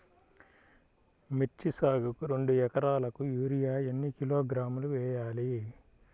మిర్చి సాగుకు రెండు ఏకరాలకు యూరియా ఏన్ని కిలోగ్రాములు వేయాలి?